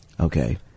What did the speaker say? Okay